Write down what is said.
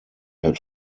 had